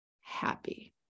happy